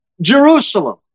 Jerusalem